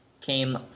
Came